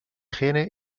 higiene